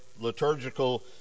liturgical